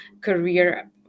career